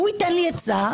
והוא ייתן לי עצה,